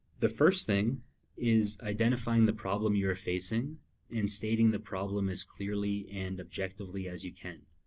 the first thing is identifying the problem you are facing and stating the problem as clearly and objectively as you can.